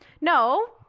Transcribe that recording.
No